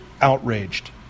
outraged